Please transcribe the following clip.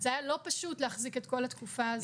זה היה לא פשוט להחזיק את כל התקופה הזאת.